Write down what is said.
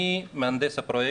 אני מהנדס הפרויקט,